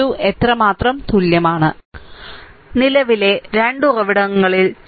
v2 എത്രമാത്രം തുല്യമാണ് നിലവിലെ 2 ഉറവിടങ്ങളിൽ 2